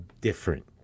different